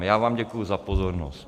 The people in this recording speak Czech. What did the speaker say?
Já vám děkuji za pozornost.